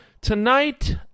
Tonight